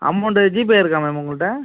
amount GPay இருக்கா ma'am உங்கள்கிட்ட